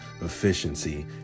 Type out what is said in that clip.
efficiency